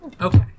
okay